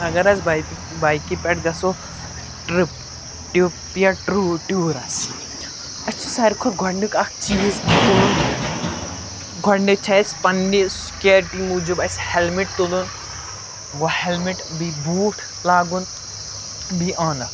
اگر حظ بایکہِ بایکہِ پٮ۪ٹھ گژھو ٹٕرٛپ ٹرٕ یا ٹیوٗ ٹیوٗرَس اَسہِ چھِ ساروی کھۄتہٕ گۄڈنیُک اَکھ چیٖز گۄڈنِچ چھِ اَسہِ پنٛنہِ سِکیورٹی موٗجوٗب اَسہِ ہٮ۪لمِٹ تُلُن وَ ہٮ۪لمِٹ بیٚیہِ بوٗٹھ لاگُن بیٚیہِ ٲنَکھ